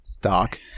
stock